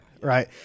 right